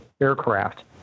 aircraft